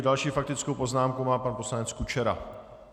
Další faktickou poznámku má pan poslanec Kučera.